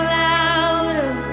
louder